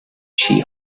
she